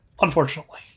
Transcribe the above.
Unfortunately